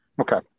Okay